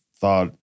thought